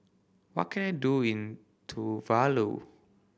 what can I do in Tuvalu